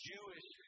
Jewish